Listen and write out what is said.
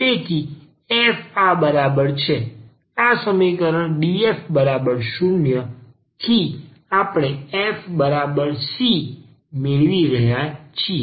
તેથી f આ બરાબર છે આ સમીકરણ df 0 થી આપણે તે f c મેળવી રહ્યા છીએ